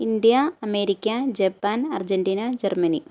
India America Japan Argentina Germany